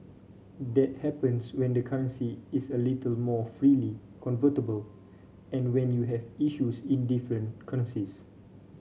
that happens when the currency is a little more freely convertible and when you have issues in different currencies